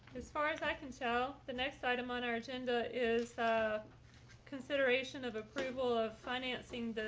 as far as i can tell, the next item on our agenda is a consideration of approval of financing